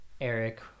Eric